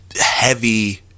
heavy